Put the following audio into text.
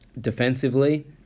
defensively